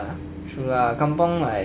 true lah kampung like